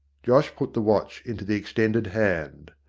josh put the watch into the extended hand.